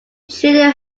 treated